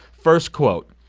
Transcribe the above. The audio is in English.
first quote,